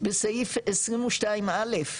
בסעיף 22 א',